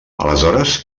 aleshores